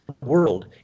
world